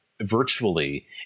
virtually